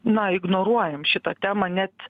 na ignoruojam šitą temą net